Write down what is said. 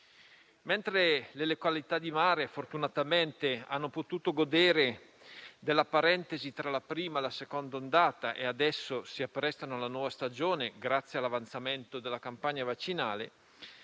Mentre le località di mare, fortunatamente, hanno potuto godere della parentesi tra la prima e la seconda ondata e adesso si apprestano alla nuova stagione, grazie all'avanzamento della campagna vaccinale,